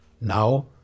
Now